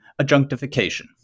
adjunctification